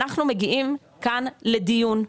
אנחנו מגיעים כאן לדיון,